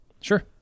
Sure